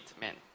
men